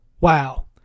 Wow